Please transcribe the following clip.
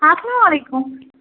السلامُ علیکُم